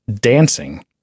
dancing